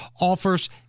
offers